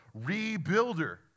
rebuilder